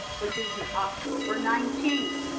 which is in october nineteenth.